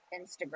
Instagram